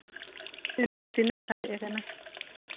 ᱮᱱᱦᱚᱸ ᱛᱤᱱᱟᱹᱜ ᱥᱟᱨᱮᱡ ᱠᱟᱱᱟ